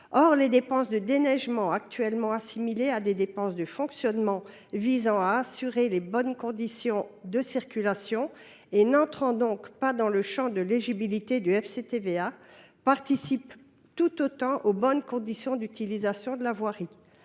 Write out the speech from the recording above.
Or les dépenses de déneigement, actuellement assimilées à des dépenses de fonctionnement visant à assurer de bonnes conditions de circulation et n’entrant donc pas dans le champ de l’éligibilité du FCTVA, contribuent tout autant aux bonnes conditions d’utilisation de la voirie.